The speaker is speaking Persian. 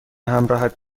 همراهت